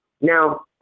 Now